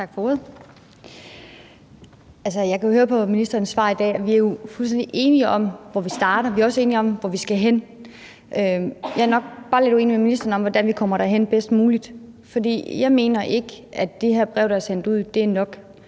Tak for ordet. Jeg kan høre på ministerens svar i dag, at vi er fuldstændig enige om, hvor vi starter, og vi er også enige om, hvor vi skal hen. Jeg er nok bare lidt uenig med ministeren i, hvordan vi kommer derhen bedst muligt. Jeg mener ikke, det her brev, der er sendt ud, er nok.